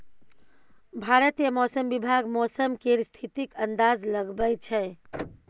भारतीय मौसम विभाग मौसम केर स्थितिक अंदाज लगबै छै